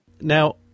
Now